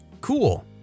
cool